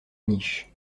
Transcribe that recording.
niche